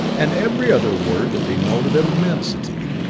and every other word that denoted immensity.